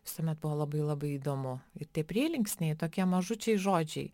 visuomet buvo labai labai įdomu ir tie prielinksniai tokie mažučiai žodžiai